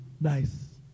nice